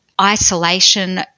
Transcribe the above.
isolation